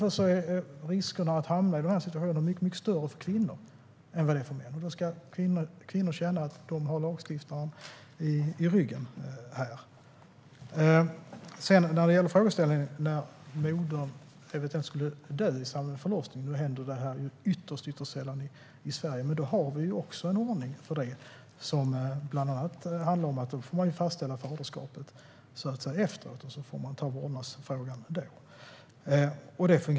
Risken att hamna i en sådan här situation är därför mycket större för kvinnor än för män, och då ska kvinnor känna att de har lagstiftaren i ryggen. Om modern skulle dö i samband med förlossningen, vilket händer ytterst sällan i Sverige, har vi en ordning för det. Då får man fastställa faderskapet efteråt och ta vårdnadsfrågan då.